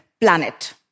planet